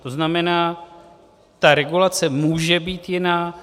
To znamená, ta regulace může být jiná.